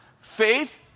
Faith